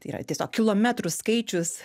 tai yra tiesiog kilometrų skaičius